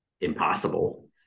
impossible